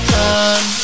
time